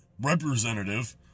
representative